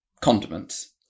condiments